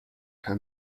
her